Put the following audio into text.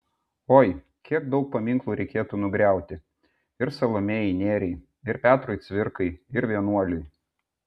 oi kiek daug paminklų reikėtų nugriauti ir salomėjai nėriai ir petrui cvirkai ir vienuoliui